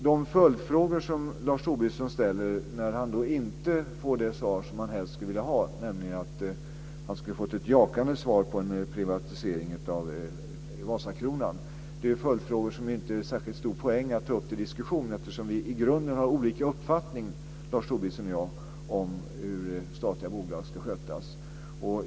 De följdfrågor som Lars Tobisson ställer när han inte får det svar som han helst skulle vilja ha - nämligen ett jakande svar på detta med privatisering av Vasakronan - är det inte särskilt stor poäng att ta upp till diskussion eftersom Lars Tobisson och jag i grunden har olika uppfattning om hur statliga bolag ska skötas.